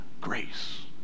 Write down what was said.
grace